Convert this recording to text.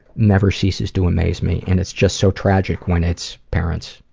never ceases to amaze me, and it's just so tragic when it's parents.